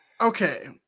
Okay